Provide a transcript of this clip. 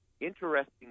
interesting